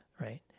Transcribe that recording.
right